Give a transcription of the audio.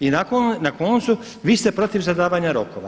I na koncu vi ste protiv zadavanja rokova.